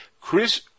Chris